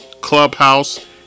Clubhouse